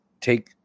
take